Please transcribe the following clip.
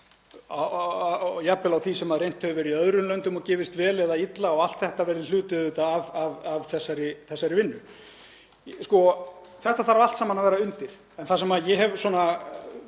og jafnvel á því sem reynt hefur verið í öðrum löndum og gefist vel eða illa og allt þetta verði hluti af þessari vinnu. Þetta þarf allt saman að vera undir. En þar sem ég hef að